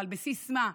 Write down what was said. ועל בסיס מה,